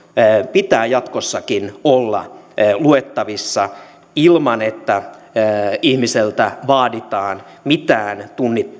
pitää jatkossakin olla luettavissa ilman että ihmiseltä vaaditaan mitään